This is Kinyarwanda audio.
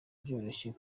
byoroshye